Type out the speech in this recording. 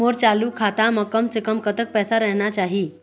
मोर चालू खाता म कम से कम कतक पैसा रहना चाही?